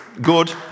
good